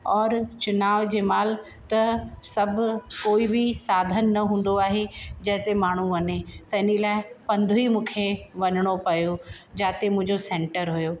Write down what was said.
और चुनाव जे महिल त सभु कोई बि साधन न हूंदो आहे जिते माण्हू वञे त हिन लाइ पंधु ई मूंखे वञिणो पियो जाते मुंहिंजो सेंटर हुओ